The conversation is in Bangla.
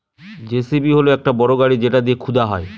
যেসিবি হল একটা বড় গাড়ি যেটা দিয়ে খুদা হয়